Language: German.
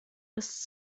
ist